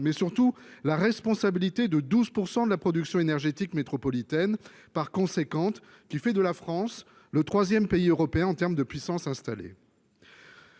mais surtout la responsabilité de 12 % de la production énergétique métropolitaine, part importante qui fait de la France le troisième pays européen en termes de puissance installée.